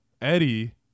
Eddie